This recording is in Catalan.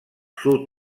sud